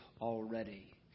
already